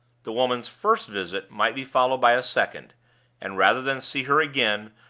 the woman's first visit might be followed by a second and rather than see her again,